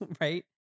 Right